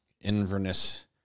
Inverness